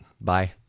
Bye